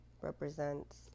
represents